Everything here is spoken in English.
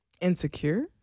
insecure